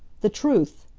the truth!